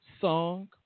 song